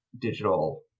digital